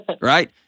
Right